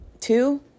Two